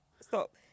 stop